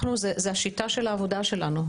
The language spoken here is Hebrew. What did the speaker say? זה השיטה של העבודה שלנו,